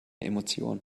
emotion